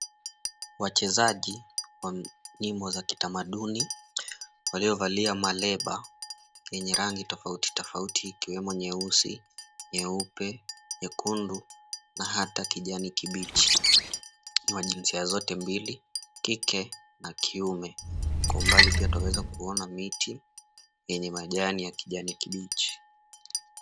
Wachezaji wa nyimbo za kitamaduni waliovalia maleba yenye rangi tofauti ikiwemo nyeusi, nyeupe, nyekundu na hata kijani kibichi. Ni wa jinsia zote mbili, kike na kiume. Kwa umbali pia twaweza kuona miti yenye majani ya kijani kibichi.